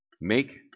Make